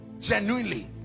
genuinely